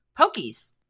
pokies